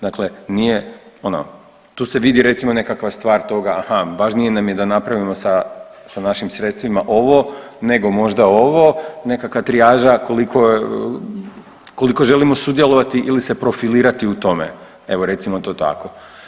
Dakle nije ono, to u se vidi recimo nekakva stvar toga, aha važnije nam je da napravimo sa, sa našim sredstvima ovo nego možda ovo, nekakva trijaža koliko, koliko želimo sudjelovati ili se profilirati u tome, evo recimo to tako.